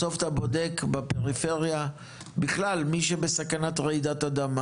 בסוף אתה בודק בפריפריה בכלל מי שבסכנת רעידת אדמה,